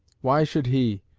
why should he,